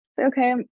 okay